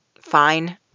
fine